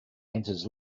enters